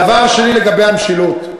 דבר שני, לגבי המשילות.